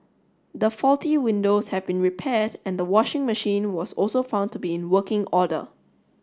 the faulty windows had been repaired and the washing machine was also found to be in working order